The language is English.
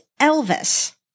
Elvis